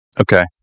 Okay